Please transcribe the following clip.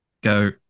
go